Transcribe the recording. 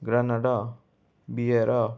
गानड बिएरो